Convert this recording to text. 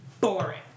boring